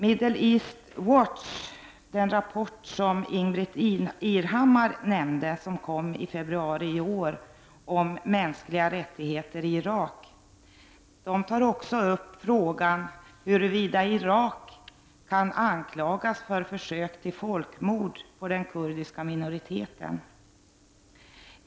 Rapporten om mänskliga rättigheter i Irak från Middle East Watch som kom i februari i år, och som Ingbritt Irhammar nämnde, tar upp frågan om huruvida Irak kan anklagas för försök till folkmord på den kurdiska minoriteten.